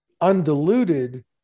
undiluted